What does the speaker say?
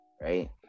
right